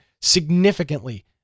significantly